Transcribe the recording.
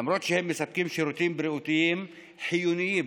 למרות שהם מספקים שירותים בריאותיים חיוניים